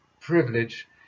privilege